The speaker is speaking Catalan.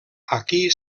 aquí